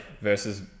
versus